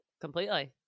completely